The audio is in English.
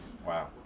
Wow